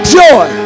joy